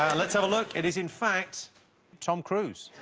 let's have a look it is in fact tom cruise